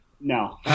No